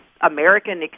American